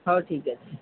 ହଉ ଠିକ୍ ଅଛି